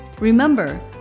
remember